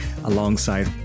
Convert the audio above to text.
Alongside